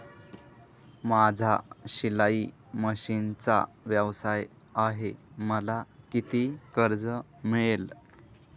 माझा शिलाई मशिनचा व्यवसाय आहे मला किती कर्ज मिळेल?